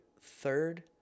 Third